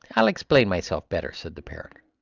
i'll explain myself better, said the parrot.